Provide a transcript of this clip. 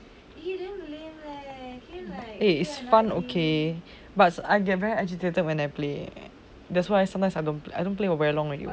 eh is fun okay but I get very agitated when I play that's why sometimes I don't play I don't play for very long already